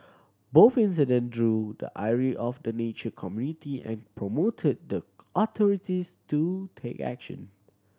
both incident drew the ire of the nature community and prompted the authorities to take action